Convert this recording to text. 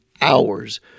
hours